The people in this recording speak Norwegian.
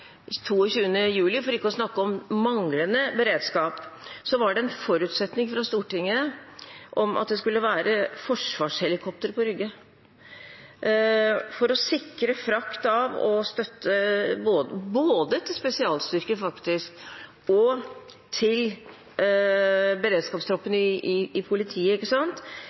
22. juli, for ikke å snakke om manglende beredskap – var det en forutsetning fra Stortinget at det skulle være forsvarshelikopter på Rygge for å sikre frakt av og støtte faktisk både til spesialstyrkene og til beredskapstroppene i politiet